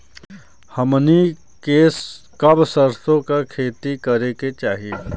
हमनी के कब सरसो क खेती करे के चाही?